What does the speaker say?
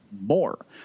more